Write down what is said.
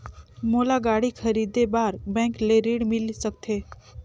मोला गाड़ी खरीदे बार बैंक ले ऋण मिल सकथे?